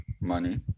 Money*